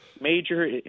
Major